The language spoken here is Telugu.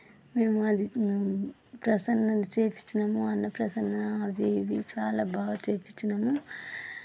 మేము అది ప్రసన్నం చేపిచ్చినాము అన్నప్రసన్న అవి ఇవి చాలా బాగా చేపిచ్చినాము